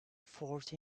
fourth